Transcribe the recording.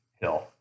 hill